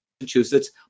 Massachusetts